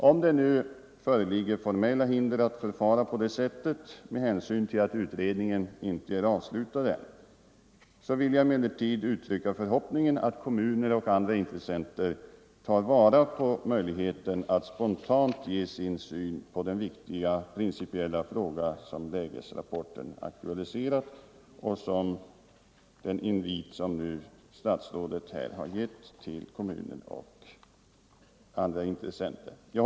Om det nu föreligger formella hinder att förfara på det — Nr 126 sättet, med hänsyn till att utredningen ännu inte är avslutad, vill jag Torsdagen den uttrycka förhoppningen att kommuner och andra intressenter tar vara 21 november 1974 på möjligheten att spontant ge sin syn på den viktiga principiella fråga — som lägesrapporten har aktualiserat och därmed beaktar den invit som Ang. principerna för statsrådet här har givit. uttagande av Herr talman! Jag tackar ännu en gång för svaret.